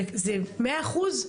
זה 100%?